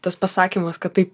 tas pasakymas kad tai